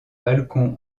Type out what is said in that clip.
balcon